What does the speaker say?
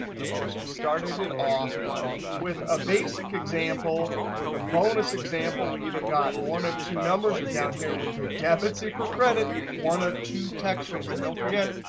and of course, we started it off with a basic example with a bonus example. we either got one of two numbers or down here we did debits equals credit, one of two text strings. and don't forget,